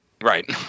Right